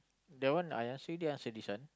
that one I ask already ask already son